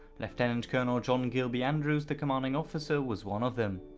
lieutenant colonel john gilby andrews, the commanding officer was one of them.